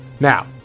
Now